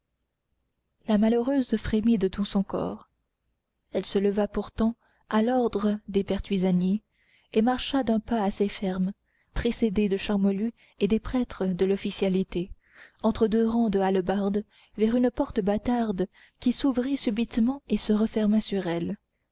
la malheureuse frémit de tout son corps elle se leva pourtant à l'ordre des pertuisaniers et marcha d'un pas assez ferme précédée de charmolue et des prêtres de l'officialité entre deux rangs de hallebardes vers une porte bâtarde qui s'ouvrit subitement et se referma sur elle